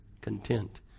content